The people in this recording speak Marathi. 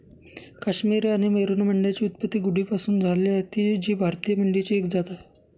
काश्मिरी आणि मेरिनो मेंढ्यांची उत्पत्ती गड्डीपासून झाली आहे जी भारतीय मेंढीची एक जात आहे